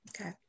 Okay